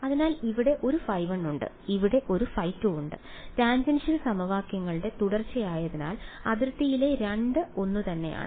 അതിനാൽ ഇവിടെ ഒരു ϕ1 ഉണ്ട് ഇവിടെ ഒരു ϕ2 ഉണ്ട് ടാൻജൻഷ്യൽ സമവാക്യങ്ങളുടെ തുടർച്ചയായതിനാൽ അതിർത്തിയിലെ 2 ഒന്നുതന്നെയാണ്